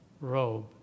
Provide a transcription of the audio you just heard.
robe